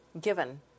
given